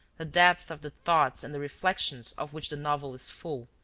the depth of the thoughts and the reflections of which the novel is full,